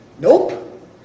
Nope